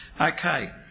okay